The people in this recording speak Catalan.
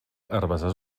herbassars